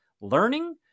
learning